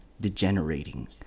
degenerating